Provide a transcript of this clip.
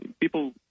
people